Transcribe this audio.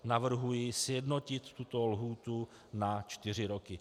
Navrhuji sjednotit tuto lhůtu na čtyři roky.